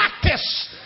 practice